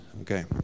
Okay